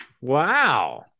wow